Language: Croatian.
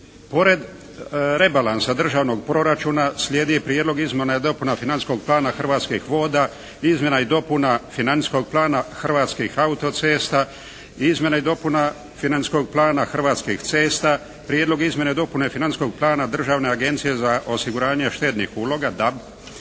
Pored rebalansa državnog proračuna sljedi Prijedlog izmjena i dopuna financijskog plana Hrvatskih voda, izmjena i dopuna financijskog plana Hrvatskih auto-cesta i izmjena i dopuna financijskog plana Hrvatskih cesta, Prijedlog izmjene i dopune financijskog plana Državne agencije za osiguranje štednih uloga (DAB),